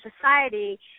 society